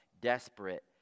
desperate